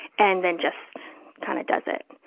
and then just kind of does it.